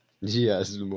Yes